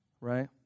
right